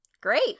Great